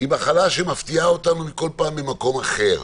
מפתיעה אותנו כל פעם ממקום אחר.